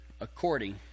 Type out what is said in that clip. according